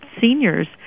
seniors